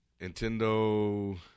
Nintendo